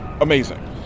Amazing